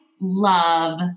love